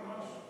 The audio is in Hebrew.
ממש לא.